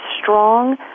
strong